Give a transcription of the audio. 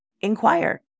inquire